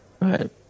Right